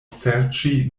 serĉi